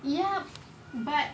ya but